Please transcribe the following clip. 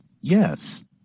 Yes